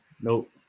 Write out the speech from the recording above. Nope